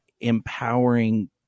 empowering